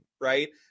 right